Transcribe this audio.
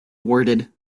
awarded